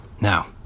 Now